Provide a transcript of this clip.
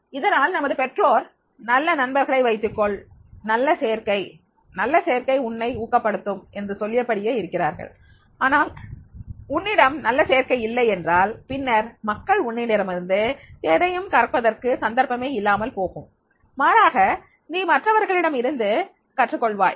இதனால்தான் நமது பெற்றோர் நல்ல நண்பர்களை வைத்துக்கொள் நல்ல சேர்க்கை நல்ல சேர்க்கை உன்னை ஊக்கப்படுத்தும் என்று சொல்லியபடியே இருக்கிறார்கள் ஆனால் உன்னிடம் நல்ல சேர்க்கை இல்லை என்றால் பின்னர் மக்கள் உன்னிடமிருந்து எதையும் கற்பதற்கு சந்தர்ப்பமே இல்லாமல் போகும் மாறாக நீ மற்றவர்களிடம் இருந்து கற்றுக்கொள்வாய்